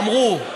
אמרו,